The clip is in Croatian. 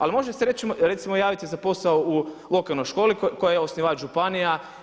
Ali može se recimo javiti za posao u lokalnoj školi koje je osnivač županija.